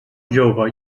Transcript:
jove